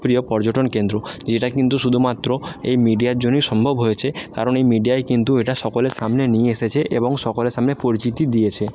প্রিয় পর্যটন কেন্দ্র যেটা কিন্তু শুধুমাত্র এই মিডিয়ার জন্যই সম্ভব হয়েছে কারণ এই মিডিয়াই কিন্তু এটা সকলের সামনে নিয়ে এসেছে এবং সকলের সামনে পরিচিতি দিয়েছে